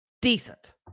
decent